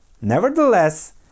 Nevertheless